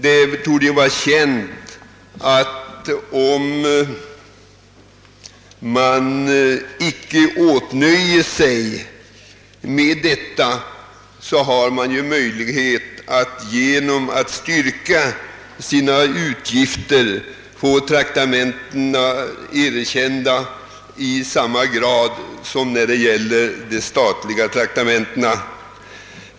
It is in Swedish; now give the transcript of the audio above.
Det torde vara känt att man om man inte åtnöjer sig med detta har möjlighet att genom att styrka sina utgifter få traktamentena erkända i samma utsträckning som statliga traktamenten.